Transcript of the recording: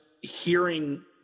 hearing